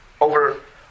over